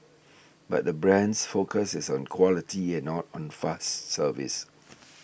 but the brand's focus is on quality and not on fast service